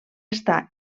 està